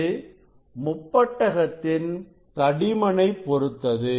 அது முப்பட்டகத்தின் தடிமனை பொருத்தது